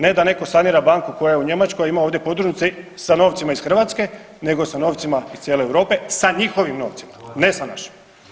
Ne da netko sanira banku koja je u Njemačkoj a ima ovdje podružnicu sa novcima iz Hrvatske nego sa novcima iz cijele Europe, sa njihovim novcima, ne sa našim.